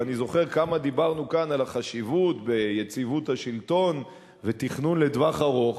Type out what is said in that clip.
ואני זוכר כמה דיברנו כאן על החשיבות ביציבות השלטון ותכנון לטווח ארוך,